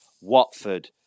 Watford